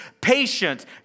patience